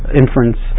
inference